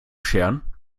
scheren